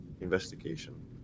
Investigation